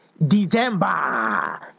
December